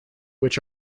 which